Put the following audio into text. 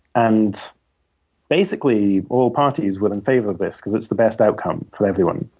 and basically, all parties were in favor of this because it's the best outcome for everyone.